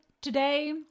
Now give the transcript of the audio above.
today